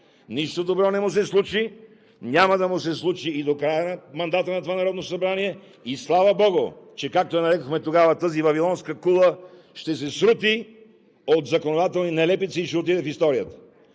Нищо добро не му се случи, няма да му се случи и до края на мандата на това Народно събрание. И, слава богу, че, както я нарекохме тогава, тази Вавилонска кула ще се срути от законодателни нелепици и ще отиде в историята.